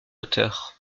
auteurs